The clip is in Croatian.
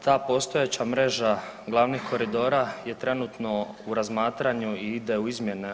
Ta postojeća mreža glavnih koridora je trenutno u razmatranju i ide u izmjene.